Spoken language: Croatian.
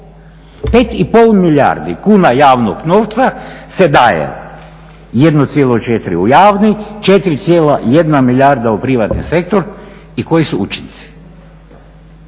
5,5 milijardi kuna javnog novca se daje 1,4 u javni, 4,1 milijarda u privatni sektor i koji su učinci?